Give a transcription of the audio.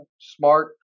smart